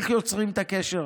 איך יוצרים את הקשר?